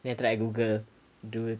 then after I googled do